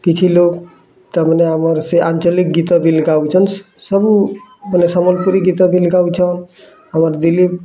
କିଛି ଲୋକ୍ ତାମାନେ ଆମର୍ ସେ ଆଞ୍ଚଳିକ୍ ଗୀତ ବି ଗାଉଛନ୍ ସବୁ ବେଲେ ସମ୍ବଲପୁରୀ ଗୀତ ବି ଗାଉଛନ୍ ଆମର୍ ଦିଲୀପ